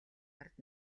ард